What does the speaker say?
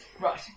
Right